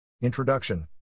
Introduction